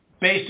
based